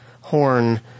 Horn